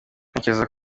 ntekereza